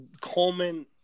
Coleman